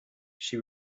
she